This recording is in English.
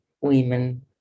women